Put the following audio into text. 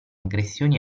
aggressioni